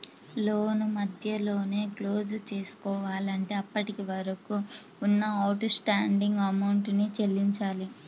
లోను మధ్యలోనే క్లోజ్ చేసుకోవాలంటే అప్పటివరకు ఉన్న అవుట్ స్టాండింగ్ అమౌంట్ ని చెల్లించాలి